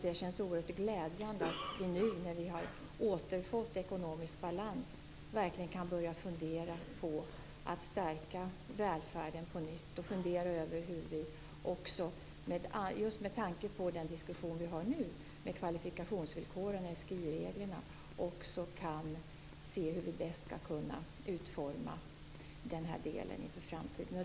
Det känns oerhört glädjande att vi nu, när vi har återfått ekonomisk balans, kan börja fundera på att stärka välfärden på nytt och, med tanke på den diskussion vi har nu om kvalifikationsvillkor och SGI-regler, fundera över hur vi bäst skall kunna utforma den här delen inför framtiden.